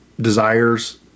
desires